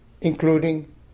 including